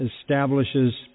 establishes